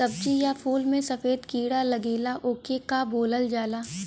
सब्ज़ी या फुल में सफेद कीड़ा लगेला ओके का बोलल जाला?